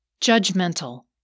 judgmental